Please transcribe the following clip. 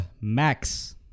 Max